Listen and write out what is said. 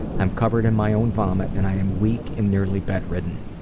i'm covered in my own vomit, and i am weak and nearly bedridden.